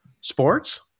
sports